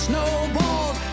Snowballs